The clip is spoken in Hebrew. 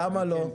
למה לא?